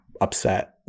upset